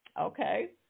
Okay